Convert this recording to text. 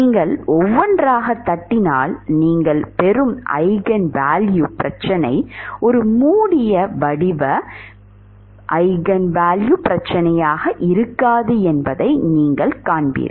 நீங்கள் ஒவ்வொன்றாகத் தட்டினால் நீங்கள் பெறும் ஈஜென்வேல்யூ பிரச்சனை ஒரு மூடிய வடிவ ஈஜென்வேல்யூ பிரச்சனையாக இருக்காது என்பதை நீங்கள் காண்பீர்கள்